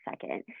second